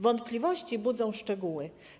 Wątpliwości budzą szczegóły.